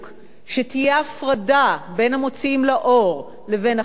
שתהיה הפרדה בין המוציאים לאור לבין החנויות,